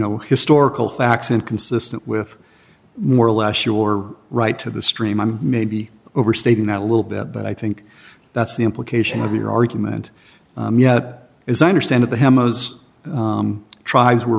know historical facts inconsistent with more or less your right to the stream i'm maybe overstating it a little bit but i think that's the implication of your argument yet as i understand it the hemas tribes were